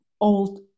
old